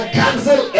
cancel